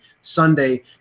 Sunday